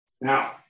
Now